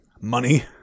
money